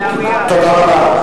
תודה רבה.